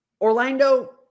Orlando